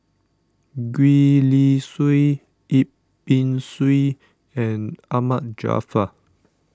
Gwee Li Sui Yip Pin Xiu and Ahmad Jaafar